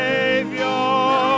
Savior